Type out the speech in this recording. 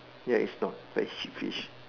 ya it's not but it's cheap fish